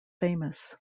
famous